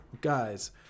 guys